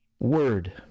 word